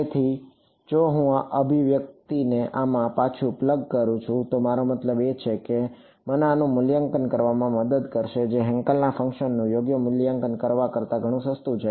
તેથી જો હું આ અભિવ્યક્તિને આમાં પાછું પ્લગ કરું છું તો મારો મતલબ એ છે કે મને આનું મૂલ્યાંકન કરવામાં મદદ કરશે જે હેન્કલ ફંક્શનનું યોગ્ય મૂલ્યાંકન કરવા કરતાં ઘણું સસ્તું છે